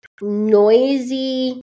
noisy